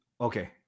Okay